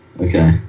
Okay